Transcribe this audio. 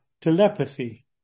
Telepathy